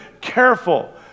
Careful